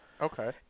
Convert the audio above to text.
Okay